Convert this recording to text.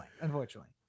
unfortunately